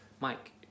Mike